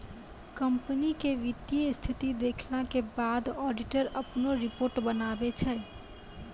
company के वित्तीय स्थिति देखला के बाद ऑडिटर अपनो रिपोर्ट बनाबै छै